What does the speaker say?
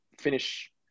finish